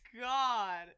God